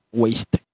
waste